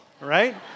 right